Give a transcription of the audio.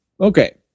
Okay